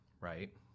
right